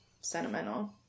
sentimental